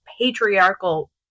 patriarchal